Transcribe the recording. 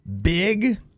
big